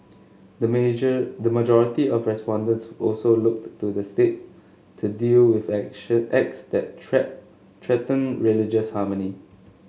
the major the majority of respondents also looked to the state to deal with action acts that threat threaten religious harmony